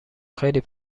خیلی